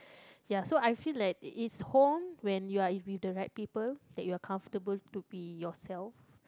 ya so I feel like it is home when you are with the right people that you are comfortable to be yourself